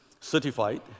certified